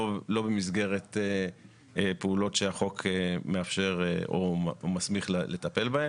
במסגרת פעולות שהחוק מאפשר או מסמיך לטפל בהן.